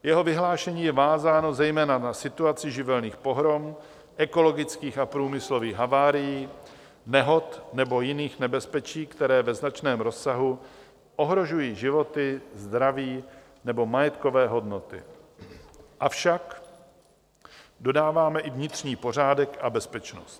Jeho vyhlášení je vázáno zejména na situaci živelních pohrom, ekologických a průmyslových havárií, nehod nebo jiných nebezpečí, které ve značném rozsahu ohrožují životy, zdraví nebo majetkové hodnoty, avšak dodáváme, i vnitřní pořádek a bezpečnost.